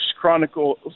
Chronicles